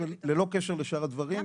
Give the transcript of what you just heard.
ללא קשר לשאר הדברים,